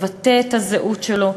מבטא את הזהות שלו.